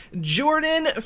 Jordan